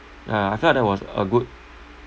uh I felt that was a good